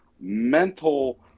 mental